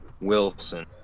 Wilson